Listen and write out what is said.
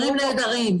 השוטרים נהדרים.